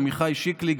עמיחי שיקלי,